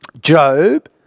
Job